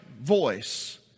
voice